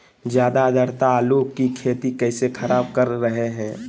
ज्यादा आद्रता आलू की खेती कैसे खराब कर रहे हैं?